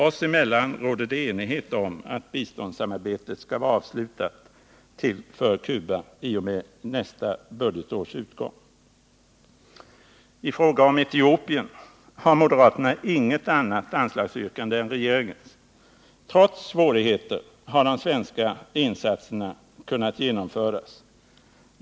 Oss emellan råder det enighet om att biståndssamarbetet skall vara avslutat för Cuba i och med nästa budgetårs utgång. I fråga om Etiopien har moderaterna inget annat anslagsyrkande än regeringens. Trots svårigheter har de svenska insatserna kunnat genomföras.